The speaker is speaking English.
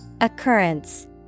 Occurrence